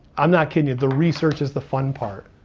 i'm not kidding you, the research is the fun part.